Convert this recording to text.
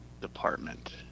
department